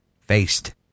Faced